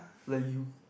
let you